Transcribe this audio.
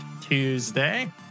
Tuesday